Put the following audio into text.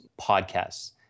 podcasts